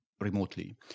remotely